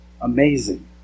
amazing